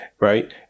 Right